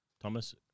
Thomas